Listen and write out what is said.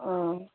ஆ